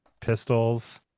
pistols